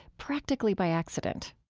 practically by accident